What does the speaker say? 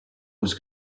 was